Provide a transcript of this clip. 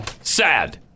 Sad